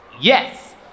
Yes